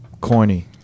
corny